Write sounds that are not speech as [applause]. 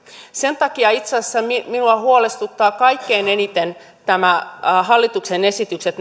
sen takia itse asiassa minua huolestuttavat kaikkein eniten hallituksen esitykset [unintelligible]